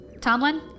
Tomlin